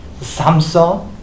Samsung